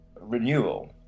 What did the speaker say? renewal